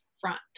front